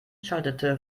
schaltete